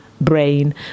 brain